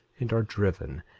and are driven,